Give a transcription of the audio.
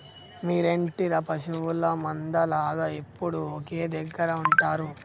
మీరేంటిర పశువుల మంద లాగ ఎప్పుడు ఒకే దెగ్గర ఉంటరు